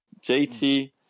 JT